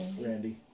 Randy